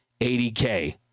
80k